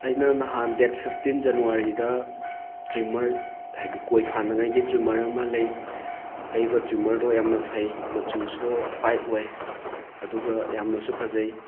ꯑꯩꯅ ꯅꯍꯥꯟ date fifteen ꯖꯅꯋꯥꯔꯤꯗ ꯇ꯭ꯔꯤꯝꯃꯔ ꯍꯥꯏꯗꯤ ꯀꯣꯏ ꯐꯥꯟꯅꯤꯡꯉꯥꯏꯒꯤ ꯇ꯭ꯔꯤꯝꯃꯔ ꯑꯃ ꯂꯩ ꯂꯩꯕ ꯇ꯭ꯔꯤꯝꯃꯔꯗꯣ ꯌꯥꯝꯅ ꯐꯩ ꯃꯆꯨꯁꯨ ꯍ꯭ꯋꯥꯏꯠ ꯑꯣꯏ ꯑꯗꯨꯒ ꯌꯥꯝꯅꯁꯨ ꯐꯖꯩ